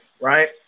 right